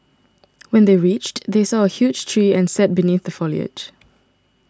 when they reached they saw a huge tree and sat beneath the foliage